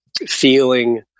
feeling